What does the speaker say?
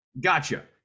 gotcha